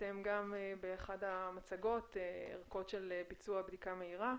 באחת המצגות ערכות של ביצוע בדיקה מהירה,